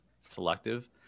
selective